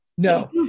No